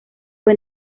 fue